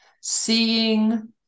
seeing